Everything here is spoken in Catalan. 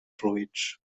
fluids